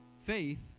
faith